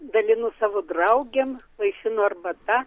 dalinu savo draugėm vaišinu arbata